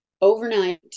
overnight